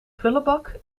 prullenbak